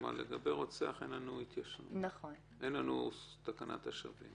כלומר, לגבי הרוצח אין לנו תקנת השבים.